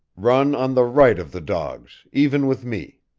run on the right of the dogs even with me.